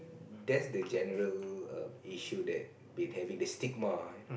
that's the general err issue that we're having the stigma you know